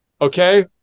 okay